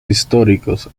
históricos